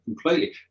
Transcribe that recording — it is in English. completely